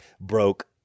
broke